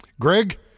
Greg